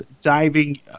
diving